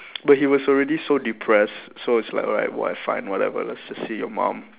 but he was already so depressed so it's like alright why fine whatever let's just see your mum